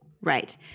Right